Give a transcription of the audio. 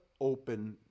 open